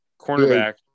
cornerback